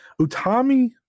Utami